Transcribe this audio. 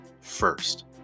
First